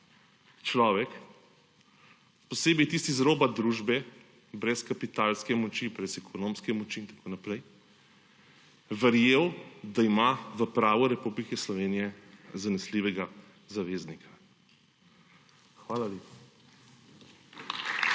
človek, posebej tisti z roba družbe, brez kapitalske moči, brez ekonomske moči in tako naprej, verjel, da ima v pravu Republike Slovenije zanesljivega zaveznika. Hvala lepa.